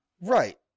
Right